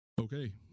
okay